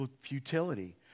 futility